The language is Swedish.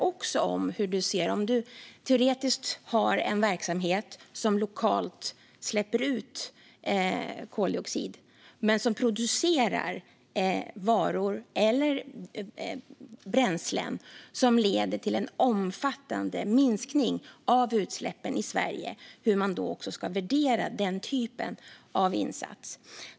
Om du teoretiskt har en verksamhet som lokalt släpper ut koldioxid men som producerar varor eller bränslen som leder till en omfattande minskning av utsläppen i Sverige, hur ska man då värdera den typen av insats?